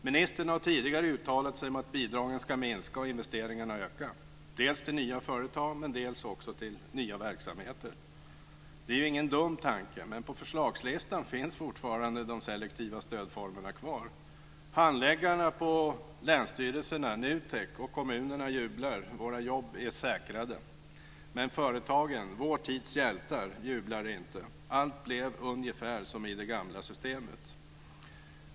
Ministern har tidigare uttalat sig om att bidragen ska minska och investeringarna öka, dels i nya företag, dels i nya verksamheter. Det är ingen dum tanke, men på förslagslistan finns fortfarande de selektiva stödformerna kvar. Handläggarna på länsstyrelserna, NUTEK och i kommunerna jublar. Våra jobb är säkrade. Men företagen, vår tids hjältar, jublar inte. Allt blev ungefär som i det gamla systemet.